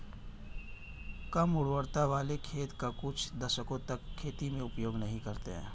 कम उर्वरता वाले खेत का कुछ दशकों तक खेती में उपयोग नहीं करते हैं